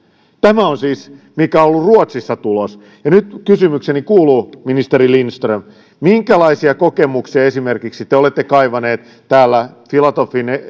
tämä on siis se mikä on ollut ruotsissa tulos ja nyt kysymykseni kuuluu ministeri lindström minkälaisia kokemuksia esimerkiksi te olette kaivanut täällä